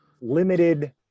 limited